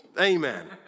Amen